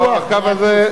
הקו הזה,